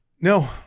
No